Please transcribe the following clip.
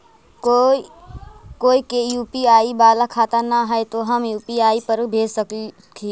कोय के यु.पी.आई बाला खाता न है तो हम यु.पी.आई पर भेज सक ही?